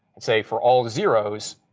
and say for all the zeros,